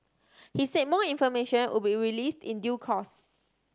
he said more information would be released in due course